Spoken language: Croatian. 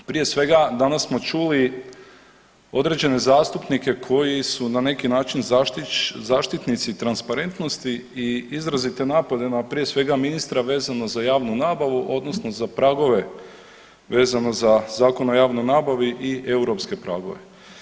Prije svega, danas smo čuli određene zastupnike koji su na neki način zaštitnici transparentnosti i izrazite napade na, prije svega, ministra, vezano za javnu nabavu, odnosno za pragove vezano za Zakon o javnoj nabavi i EU pragove.